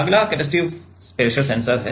अगला capacitive pressure sensor है